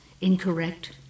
incorrect